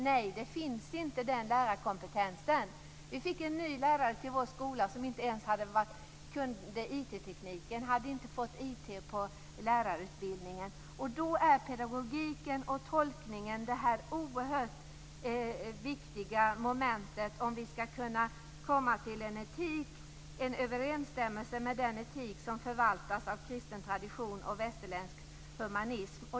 Nej, det finns inte den lärarkompetensen! Vi fick en ny lärare till vår skola som inte ens kunde IT, som inte hade fått kunskap om IT på lärarutbildningen. Då är pedagogik och tolkning oerhört viktiga moment om vi skall komma till en överensstämmelse med den etik som förvaltas av kristen tradition och västerländsk humanism.